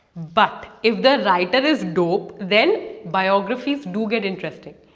but if the writer is dope, then biographies do get interesting.